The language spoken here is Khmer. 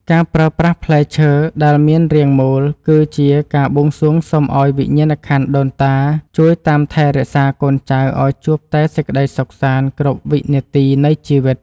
ការប្រើប្រាស់ផ្លែឈើដែលមានរាងមូលគឺជាការបួងសួងសុំឱ្យវិញ្ញាណក្ខន្ធដូនតាជួយតាមថែរក្សាកូនចៅឱ្យជួបតែសេចក្តីសុខសាន្តគ្រប់វិនាទីនៃជីវិត។